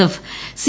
F C